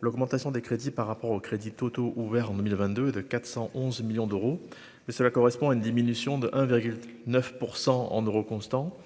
l'augmentation des crédits par rapport aux crédits totaux, ouvert en 2022 de 411 millions d'euros, mais cela correspond à une diminution de 1,9 % en euros constants,